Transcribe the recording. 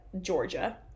Georgia